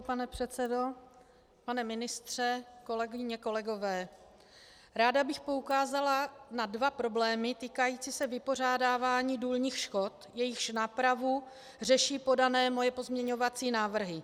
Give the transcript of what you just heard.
Pane předsedo, pane ministře, kolegyně, kolegové, ráda bych poukázala na dva problémy týkající se vypořádávání důlních škod, jejichž nápravu řeší podané moje pozměňovací návrhy.